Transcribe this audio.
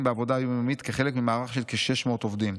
בעבודה יום-יומית כחלק ממערך של כ-600 עובדים.